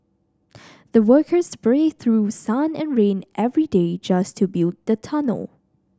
the workers braved through sun and rain every day just to build the tunnel